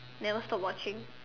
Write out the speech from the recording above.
never stop watching